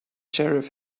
sheriff